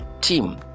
team